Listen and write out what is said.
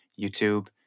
YouTube